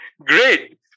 Great